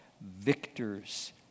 victors